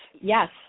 Yes